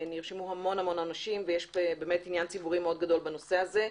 נרשמו המון אנשים ובאמת יש עניין ציבורי מאוד גדול בנושא הזה.